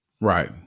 Right